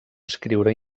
escriure